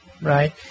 right